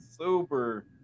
super